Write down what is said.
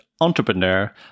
entrepreneur